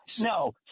No